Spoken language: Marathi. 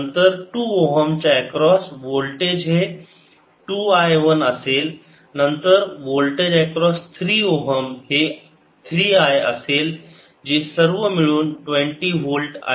नंतर 2 ओहम च्या एक्रॉस वोल्टेज हे 2 I वन असेल नंतर वोल्टेज एक्रॉस 3 ओहम हे 3 I असेल जे सर्व मिळून 20 वोल्ट आहे